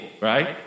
right